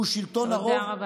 היא שלטון הרוב